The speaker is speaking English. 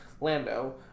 Lando